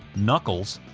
knuckles,